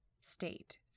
state